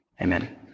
Amen